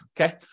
okay